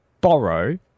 borrow